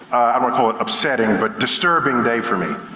i'm gonna call it upsetting, but disturbing day for me.